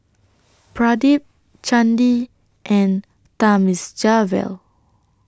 Pradip Chandi and Thamizhavel